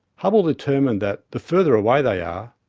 hubble determined that, the further away they are,